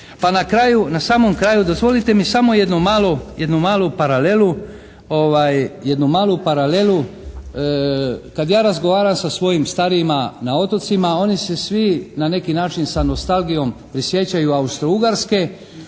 Pa na kraju, na samom kraju dozvolite mi samo jedno malo, jednu malu paralelu. Kad ja razgovaram sa svojim starijima na otocima one su svi na neki način sa nostalgijom prisjećaju Austro-ugarske